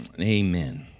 Amen